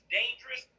dangerous